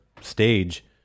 stage